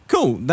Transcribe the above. Cool